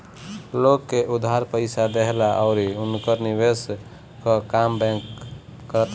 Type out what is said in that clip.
लोग के उधार पईसा देहला अउरी उनकर निवेश कअ काम बैंक करत बाटे